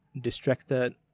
distracted